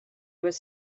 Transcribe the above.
was